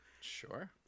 Sure